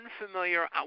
unfamiliar